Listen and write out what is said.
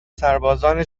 سربازان